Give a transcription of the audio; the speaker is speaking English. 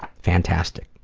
fantastic.